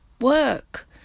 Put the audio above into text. work